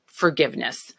Forgiveness